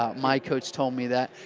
ah my coach told me that.